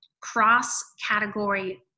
cross-category